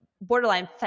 borderline